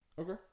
Okay